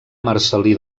marcel·lí